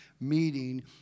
meeting